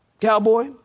cowboy